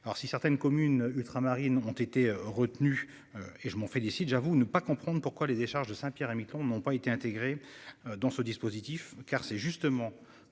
Alors si certaines communes ultramarines ont été retenus et je m'en félicite. J'avoue ne pas comprendre pourquoi les décharges de Saint-Pierre-et-Miquelon n'ont pas été intégré dans ce dispositif, car c'est justement